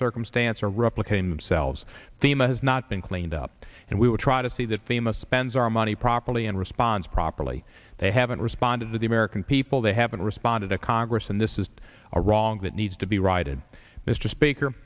circumstance or replicate themselves thema has not been cleaned up and we will try to see that famous spends our money properly and responds properly they haven't responded the american people they haven't responded to congress and this is a wrong that needs to be righted mr speaker